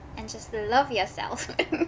and just to love yourself